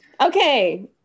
Okay